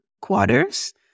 quarters